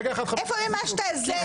איפה מימשת את זה?